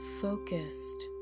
focused